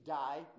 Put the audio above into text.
die